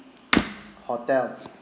hotel